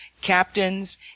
captains